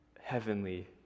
heavenly